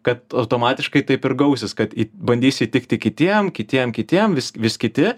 kad automatiškai taip ir gausis kad į bandysi įtikti kitiem kitiem kitiem vis vis kiti